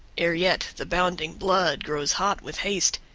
ere yet the bounding blood grows hot with haste,